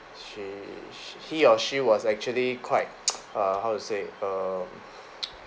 she he or she was actually quite err how to say um